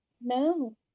No